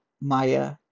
Maya